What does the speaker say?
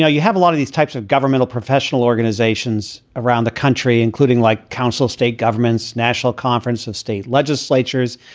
know, you have a lot of these types of governmental professional organizations around the country, including like counsel, state governments, national conference of state legislatures.